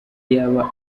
yaba